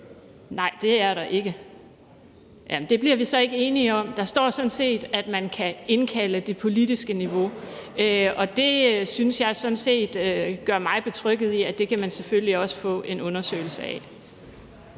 Nej, det er der ikke. Jamen det bliver vi så ikke enige om. Der står sådan set, at man kan indkalde det politiske niveau, og det synes jeg sådan set betrygger mig i, at det kan man selvfølgelig også få en undersøgelse af.